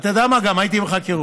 ואתה יודע מה, הייתי גם בחקירות,